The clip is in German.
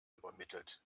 übermittelt